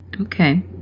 Okay